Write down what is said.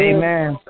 Amen